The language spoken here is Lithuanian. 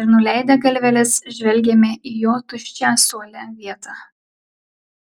ir nuleidę galveles žvelgėme į jo tuščią suole vietą